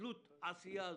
חדלות העשייה הזאת.